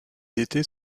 étés